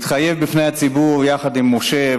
התחייב בפני הציבור יחד עם משה,